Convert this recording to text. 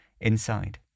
Inside